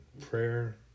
prayer